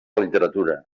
literatura